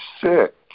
sick